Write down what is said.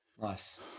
Nice